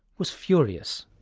was furious.